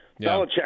Belichick